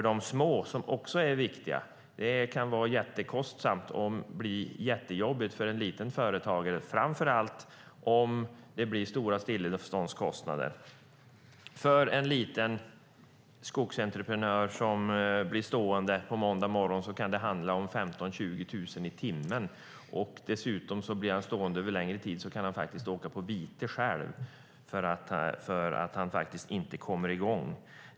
De små företagen är viktiga, för det kan bli väldigt kostsamt och jättejobbigt för en småföretagare, framför allt om det blir stora stilleståndskostnader. För en liten skogsentreprenör som blir stående en måndagsmorgon kan det handla om 15 000-20 000 kronor i timmen. Om han blir stående en längre tid och inte kommer i gång kan han dessutom själv åka på vite.